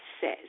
says